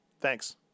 Thanks